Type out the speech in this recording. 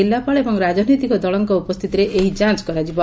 ଜିଲ୍ଲାପାଳ ଏବଂ ରାଜନୈତିକ ଦଳ ଉପସ୍ତିତିରେ ଏହି ଯାଞ କରାଯିବ